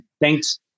Thanks